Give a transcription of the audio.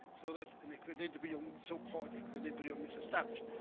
so that an equilibrium, so-called equilibrium is established.